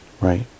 Right